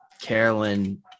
Carolyn